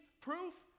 proof